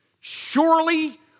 Surely